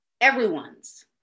Everyone's